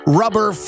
rubber